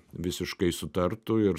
visiškai sutartų ir